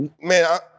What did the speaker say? man